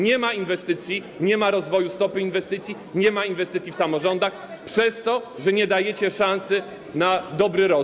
Nie ma inwestycji, nie ma rozwoju stopy inwestycji, nie ma inwestycji w samorządach przez to, że nie dajecie szansy na dobry rozwój.